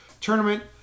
tournament